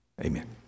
Amen